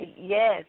Yes